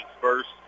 first